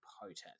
potent